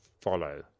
follow